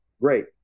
great